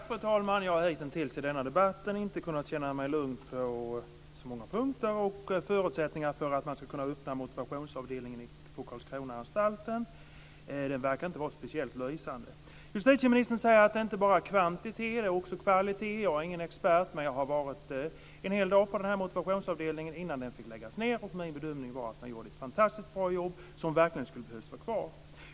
Fru talman! Jag har hitintills i denna debatt inte kunnat känna mig lugn på så många punkter och när det gäller förutsättningen för att man ska kunna öppna motivationsavdelningen på Karlskronaanstalten - den verkar inte vara speciellt lysande. Justitieministern säger att det inte bara är kvantitet utan också kvalitet. Jag är ingen expert, men jag var en hel dag på den här motivationsavdelningen innan den fick läggas ned, och min bedömning var att man gjorde ett fantastiskt bra jobb. Den skulle verkligen ha behövt vara kvar.